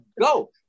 go